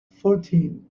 fourteen